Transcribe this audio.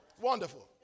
wonderful